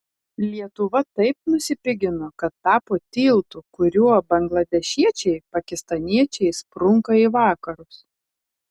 lietuva taip nusipigino kad tapo tiltu kuriuo bangladešiečiai pakistaniečiai sprunka į vakarus